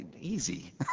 easy